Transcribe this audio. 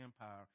Empire